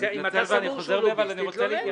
אם אתה סבור שהוא לוביסט תתלונן.